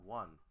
one